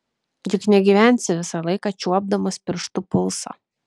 juk negyvensi visą laiką čiuopdamas pirštu pulsą